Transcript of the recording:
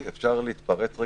אפשר להתפרץ?